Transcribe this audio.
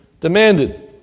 demanded